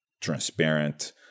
transparent